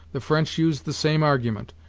the french used the same argument,